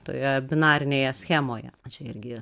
toje binarinėje schemoje čia irgi